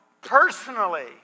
personally